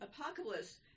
Apocalypse